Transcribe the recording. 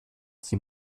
sie